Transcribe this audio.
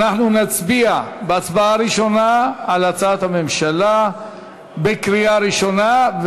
אנחנו נצביע בהצבעה הראשונה על הצעת הממשלה בקריאה ראשונה,